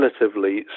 relatively